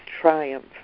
triumph